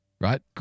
right